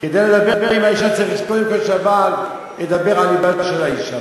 כדי לדבר עם האישה צריך קודם שהבעל ידבר על לבה של האישה,